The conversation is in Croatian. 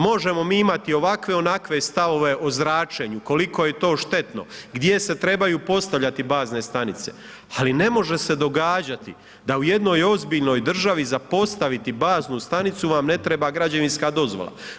Možemo mi imati ovakve i onakve stavove o zračenju koliko je to štetno, gdje se trebaju postavljati bazne stanice ali ne može se događati da u jednoj ozbiljnoj državi za postaviti baznu stanicu vam ne treba građevinska dozvola.